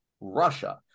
Russia